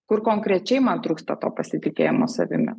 kur konkrečiai man trūksta to pasitikėjimo savimi